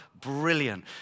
brilliant